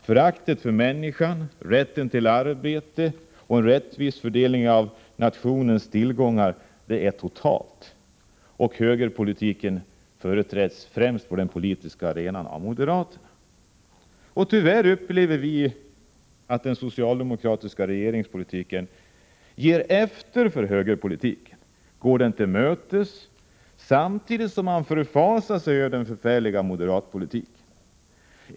Föraktet för människan, rätten till arbete och en rättvis fördelning av nationens tillgångar är totalt. På den politiska arenan företräds högerpolitiken främst av moderaterna. Tyvärr upplever vi att den socialdemokratiska regeringen ger efter för högerpolitiken och går den till mötes, samtidigt som man förfasar sig över den förfärliga moderatpolitiken.